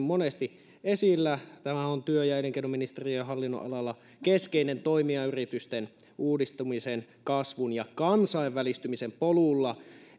monesti esillä tämä on työ ja elinkeinoministeriön hallinnonalalla keskeinen toimija yritysten uudistumisen kasvun ja kansainvälistymisen polulla